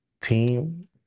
team